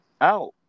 out